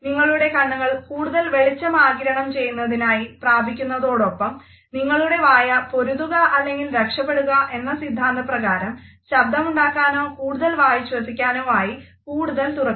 നിങ്ങളുടെ കണ്ണുകൾ കൂടുതൽ വെളിച്ചം ആഗിരണം ചെയ്യുന്നതിനായി പ്രാപിക്കുന്നതോടൊപ്പം നിങ്ങളുടെ വായ പൊരുതുക അല്ലെങ്കിൽ രക്ഷപ്പെടുക എന്ന സിദ്ധാന്തപ്രകാരം ശബ്ദമുണ്ടാകാനോ കൂടുതൽ വായു ശ്വസിക്കാനോ ആയി കൂടുതൽ തുറക്കുന്നു